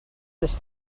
this